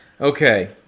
Okay